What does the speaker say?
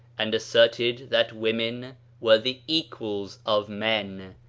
and assert ed that women were the equals of men,